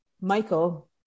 Michael